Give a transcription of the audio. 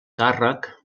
càrrec